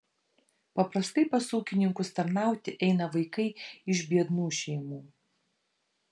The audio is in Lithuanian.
paprastai pas ūkininkus tarnauti eina vaikai iš biednų šeimų